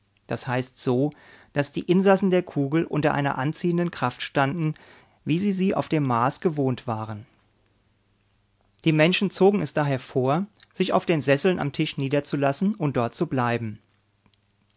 das heißt so daß die insassen der kugel unter einer anziehenden kraft standen wie sie sie auf dem mars gewohnt waren die menschen zogen es daher vor sich auf den sesseln am tisch niederzulassen und dort zu bleiben